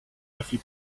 every